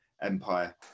Empire